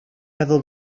meddwl